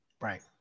Right